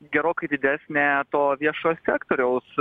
gerokai didesnė to viešojo sektoriaus